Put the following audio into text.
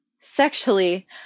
sexually